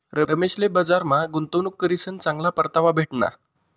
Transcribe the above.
रमेशले बजारमा गुंतवणूक करीसन चांगला परतावा भेटना